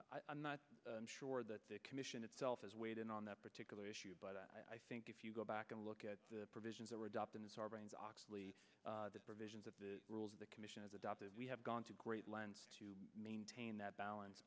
level i'm not sure that the commission itself has weighed in on that particular issue but i think if you go back and look at the provisions that were adopted as our brains oxley the provisions of the rules the commission has adopted we have gone to great lengths to maintain that balance